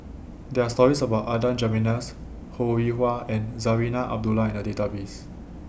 There Are stories about Adan Jimenez Ho Rih Hwa and Zarinah Abdullah in The Database